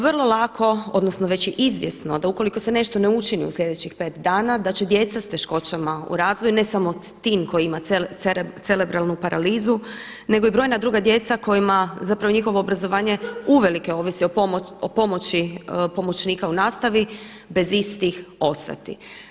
Vrlo lako, odnosno već je i izvjesno da ukoliko se nešto ne učini u sljedećih pet dana da će djeca s teškoćama u razvoju ne samo Tin koji ima cerebralnu paralizu nego i brojna druga djeca kojima zapravo njihovo obrazovanje uvelike ovisi o pomoći pomoćnika u nastavi bez istih ostati.